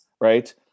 right